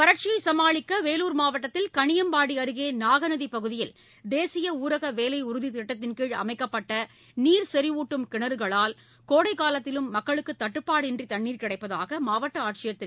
வறட்சியைசமாளிக்கவேலூர் மாவட்டத்தில் கணியம்பாடிஅருகேநாகநதிபகுதியில் தேசியஊரகவேலைஉறுதிட்டத்தின்கீழ் அமைக்கப்பட்டநீர் செறிவுட்டும் கிணறுகளால் கோடைகாலத்திலும் மக்களுக்குதட்டுப்பாடின்றிதண்ணீர் கிடைப்பதாக் மாவட்டஆட்சியர் திரு